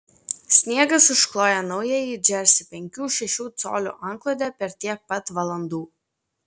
sniegas užkloja naująjį džersį penkių šešių colių antklode per tiek pat valandų